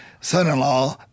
son-in-law